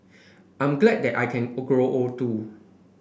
I'm glad that I can grow old too